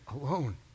alone